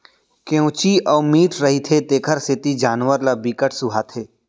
केंवची अउ मीठ रहिथे तेखर सेती जानवर ल बिकट सुहाथे